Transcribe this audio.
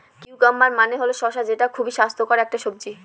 cucumber মানে হল শসা যেটা খুবই স্বাস্থ্যকর একটি সবজি